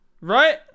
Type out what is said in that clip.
Right